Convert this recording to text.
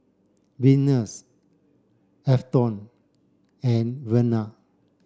Venus Afton and Vernal